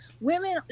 women